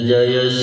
Jaya